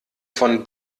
von